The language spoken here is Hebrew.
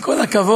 עם כל הכבוד,